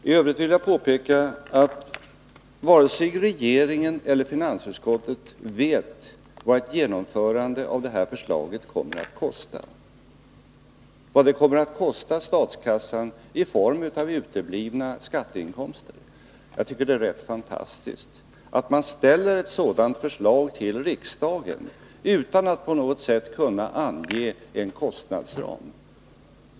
I övrigt vill jag påpeka att varken regeringen eller finansutskottet vet vad ett genomförande av det här förslaget kommer att kosta statskassan i form av uteblivna skatteinkomster. Jag tycker att det är rätt fantastiskt att man lägger fram ett sådant förslag för riksdagen utan att på något sätt kunna ange en kostnadsram.